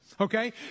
Okay